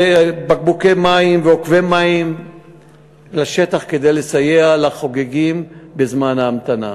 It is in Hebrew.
ועשרות בקבוקי מים ועוקבי מים בשטח כדי לסייע לחוגגים בזמן ההמתנה.